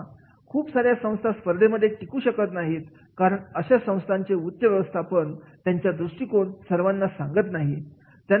ूप सार्या संस्था स्पर्धेमध्ये टिकून शकत नाहीत कारण अशा संस्थांचे उच्च व्यवस्थापन त्यांचा दृष्टिकोन सर्वांना सांगत नाही